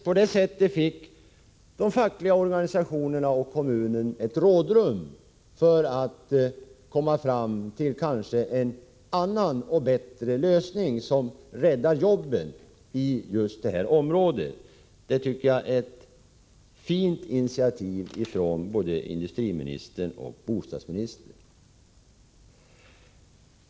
På det sättet fick de fackliga organisationerna och kommunen ett rådrum för att kanske komma fram till en annan och bättre lösning, som räddar jobben i detta område. Det tycker jag är ett fint initiativ från industriministern och bostadsministern.